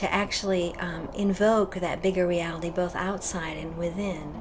to actually invoke that bigger reality both outside and within